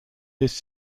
his